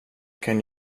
kan